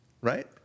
Right